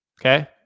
Okay